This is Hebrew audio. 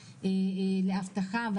זה עבודה מועדפת למאבטחים,